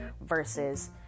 versus